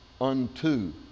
unto